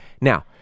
Now